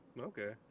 Okay